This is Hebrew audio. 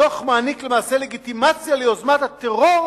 הדוח מעניק למעשה לגיטימציה ליוזמת הטרור,